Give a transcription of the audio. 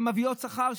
שמביאות שכר,